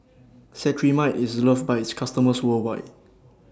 Cetrimide IS loved By its customers worldwide